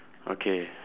okay